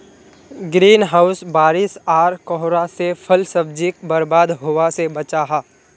green house बारिश आर कोहरा से फल सब्जिक बर्बाद होवा से बचाहा